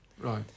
Right